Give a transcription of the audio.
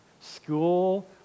school